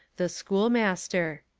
the schoolmaster.